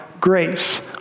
grace